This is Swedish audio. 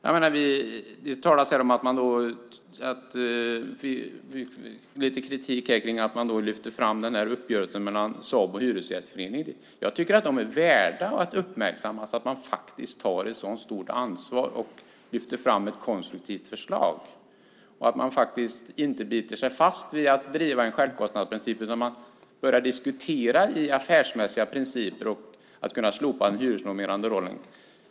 Det talas här om och riktas lite kritik mot att uppgörelsen mellan Sabo och Hyresgästföreningen lyfts fram. Jag tycker att de är värda att uppmärksammas därför att de tar ett så stort ansvar och lyfter fram ett konstruktivt förslag. De biter sig inte fast vid att driva en självkostnadsprincip utan de börjar diskutera utifrån affärsmässiga principer att kunna slopa den hyresnormerande rollen.